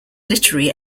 literary